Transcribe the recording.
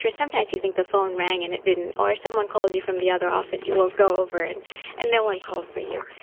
sometimes you think the phone rang and it didn't, or someone called you from the other office, you will go over and and no one called for you.